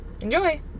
Enjoy